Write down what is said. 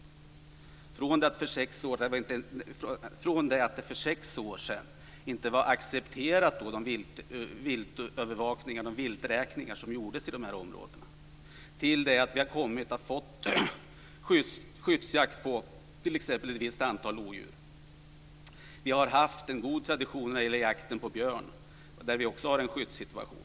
Från att den viltövervakning och de vilträkningar som gjordes i de här områdena för sex år sedan inte var accepterade, till att vi har fått skyddsjakt på t.ex. ett visst antal lodjur. Vi har haft en god tradition när det gäller jakten på björn, där vi också har en skyddssituation.